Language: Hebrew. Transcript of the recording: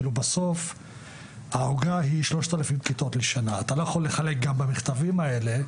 ת ההקצאות ולהגדיל את מספר הכיתות שאפשר לבנות על חשבון השנים הבאות.